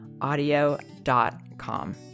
audio.com